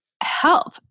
help